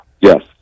Yes